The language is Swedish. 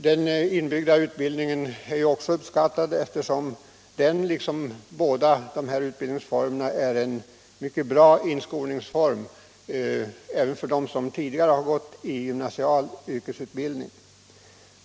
Den inbyggda utbildningen är uppskattad, eftersom den, liksom båda de här utbildningsformerna, även för dem som tidigare fått gymnasial yrkesutbildning är en mycket bra inskolning.